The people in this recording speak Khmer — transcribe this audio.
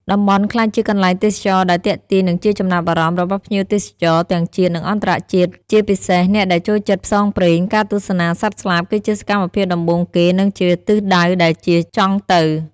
តំបន់់ក្លាយជាកន្លែងទេសចរដែលទាក់ទាញនិងជាចំណាប់អារម្មណ៍របស់ភ្ញៀវទេសចរទាំងជាតិនិងអរន្តជាតិជាពិសេសអ្នកដែលចូលចិត្តផ្សងព្រេង ការទស្សនាសត្វស្លាបគឺជាសកម្មភាពដំបូងគេនិងជាទិសដៅដែលជាចង់ទៅ។